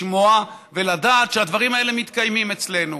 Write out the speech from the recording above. לשמוע ולדעת שהדברים האלה מתקיימים אצלנו.